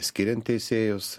skiriant teisėjus